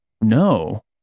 no